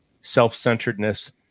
self-centeredness